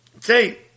Say